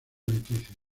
leticia